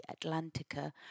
Atlantica